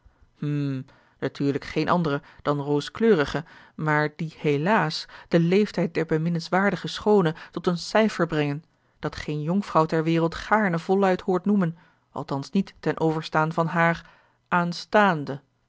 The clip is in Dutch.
hm natuurlijk geene andere dan rooskleurige maar die helaas den leeftijd der beminnenswaardige schoone tot een cijfer brengen dat geene jonkvrouw ter wereld gaarne voluit hoort noemen althans niet ten overstaan van haar aanstaande